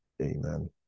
amen